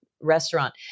restaurant